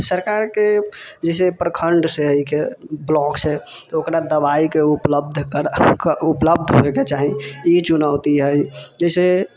सरकार के जाहिसे प्रखण्ड से एहिके ब्लॉक से ओकरा दवाइ के उपलब्ध होइके चाही ई चुनौती है जाहिसे